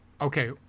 okay